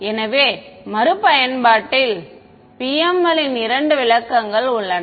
எனவே மறுபயன்பாட்டில் PML இன் இரண்டு விளக்கங்கள் உள்ளன